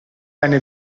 eine